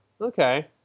Okay